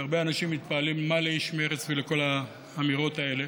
והרבה אנשים מתפעלים: מה לאיש מרצ ולכל האמירות האלה?